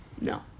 No